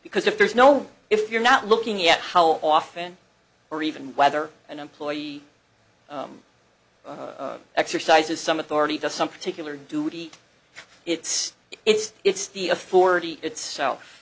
because if there's no if you're not looking at how often or even whether an employee exercises some authority to some particular duty it's it's it's the a forty itself